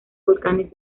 volcanes